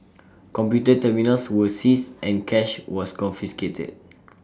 computer terminals were seized and cash was confiscated